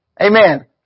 Amen